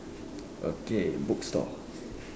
okay bookstore